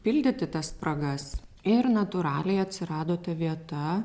pildyti tas spragas ir natūraliai atsirado ta vieta